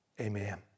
Amen